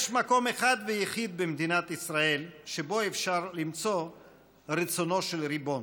יש מקום אחד ויחיד במדינת ישראל שבו אפשר למצוא את "רצונו של הריבון"